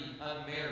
unmarried